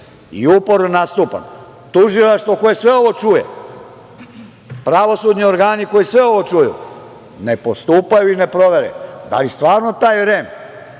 i uporno nastupam. Tužilaštvo koje sve ovo čuje, pravosudni organi koji sve ovo čuju ne postupaju i ne provere da li stvarno taj